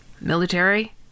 military